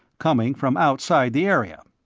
coming from outside the area.